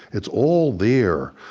it's all there.